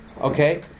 Okay